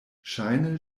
ŝajne